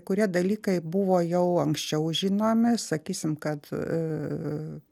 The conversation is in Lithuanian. kurie dalykai buvo jau anksčiau žinomi sakysim kad